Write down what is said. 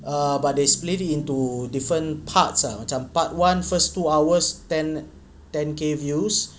err but they split it into different parts ah macam part one first two hours ten ten K views